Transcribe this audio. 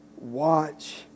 Watch